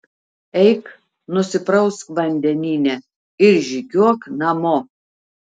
eik nusiprausk vandenyne ir žygiuok namo